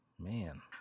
Man